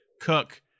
Cook